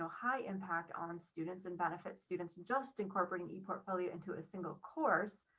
ah high impact on students and benefit students and just incorporating a portfolio into a single course.